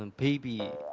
and baby.